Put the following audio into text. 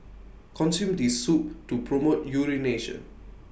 consume this soup to promote urination